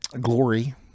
Glory